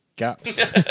Gaps